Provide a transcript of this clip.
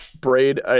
Braid